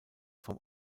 vom